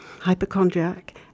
hypochondriac